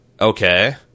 Okay